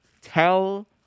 Tell